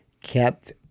kept